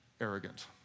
arrogant